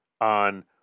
on